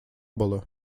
было